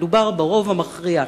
מדובר ברוב המכריע.